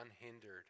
unhindered